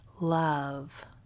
love